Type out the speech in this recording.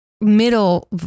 middle